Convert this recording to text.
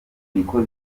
niko